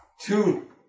Two